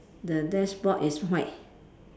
the dashboard is white